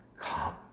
come